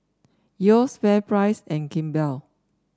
Yeo's FairPrice and Kimball